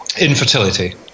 infertility